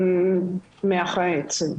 מח העצם.